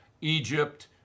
Egypt